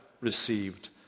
received